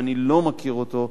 שאני לא מכיר אותו,